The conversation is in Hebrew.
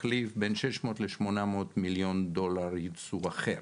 מחליף בין 600 ל-800 מיליון דולר יצוא אחר.